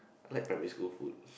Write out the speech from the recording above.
I like primary school food